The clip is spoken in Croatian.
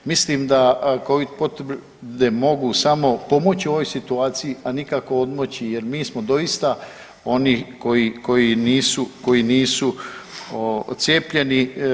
Mislim da covid potvrde mogu samo pomoći u ovoj situaciji, a nikako odmoći jer mi smo doista oni koji nisu cijepljeni.